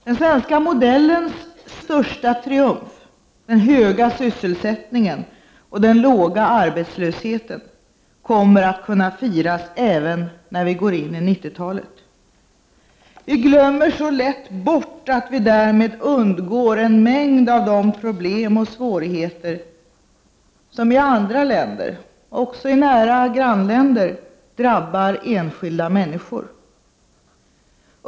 Det svenska modellens största triumf — den höga sysselsättningen och den låga arbetslösheten — kommer att kunna firas även när vi går in i 90-talet. Vi glömmer så lätt bort att vi därmed undgår en mängd av de problem och svårigheter som i andra länder — också i nära grannländer — drabbar enskilda människor.